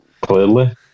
Clearly